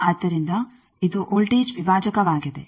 ಆದ್ದರಿಂದ ಇದು ವೋಲ್ಟೇಜ್ ವಿಭಾಜಕವಾಗಿದೆ